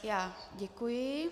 Já děkuji.